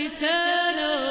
Eternal